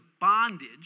bondage